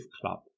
club